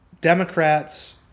Democrats